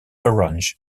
orange